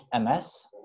ms